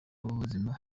b’ubuzima